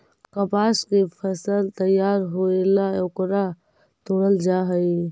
कपास के फसल तैयार होएला ओकरा तोडल जा हई